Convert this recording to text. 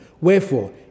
Wherefore